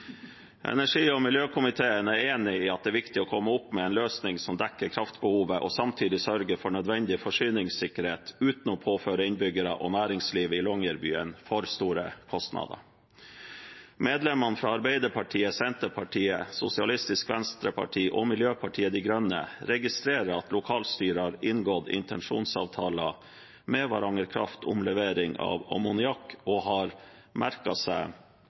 Energi- og miljøkomiteen er enig i at det er viktig å komme opp med en løsning som dekker kraftbehovet og samtidig sørger for nødvendig forsyningssikkerhet uten å påføre innbyggere og næringsliv i Longyearbyen for store kostnader. Medlemmene fra Arbeiderpartiet, Senterpartiet, Sosialistisk Venstreparti og Miljøpartiet De Grønne registrerer at lokalstyret har inngått intensjonsavtaler med Varanger Kraft om levering av ammoniakk, og har merket seg